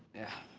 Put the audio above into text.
yeah.